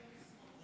אדוני היושב-ראש,